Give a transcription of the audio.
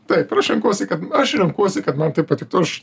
taip ir aš renkuosi kad aš renkuosi kad man tai patiktų aš